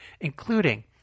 including